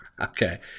Okay